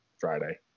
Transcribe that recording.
Friday